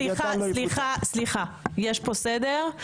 סליחה, יש פה סדר.